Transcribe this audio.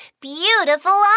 beautiful